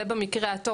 זה במקרה הטוב,